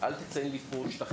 אל תציין לי פה שטחים